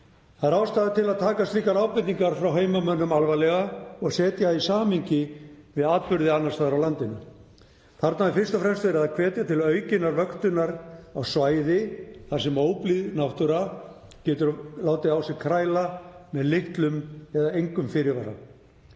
Það er ástæða til að taka slíkar ábendingar frá heimamönnum alvarlega og setja það í samhengi við atburði annars staðar á landinu. Þarna er fyrst og fremst verið að hvetja til aukinnar vöktunar á svæði þar sem óblíð náttúra getur látið á sér kræla með litlum eða engum fyrirvara.